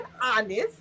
honest